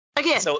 Again